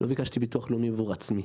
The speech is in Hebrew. לא ביקשתי ביטוח לאומי עבור עצמי.